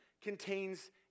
contains